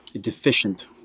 deficient